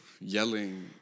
Yelling